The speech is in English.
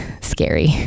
scary